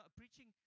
preaching